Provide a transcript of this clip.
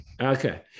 Okay